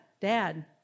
Dad